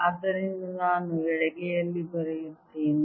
ಆದ್ದರಿಂದ ನಾನು ಎಡಗೈಯಲ್ಲಿ ಬರೆಯುತ್ತೇನೆ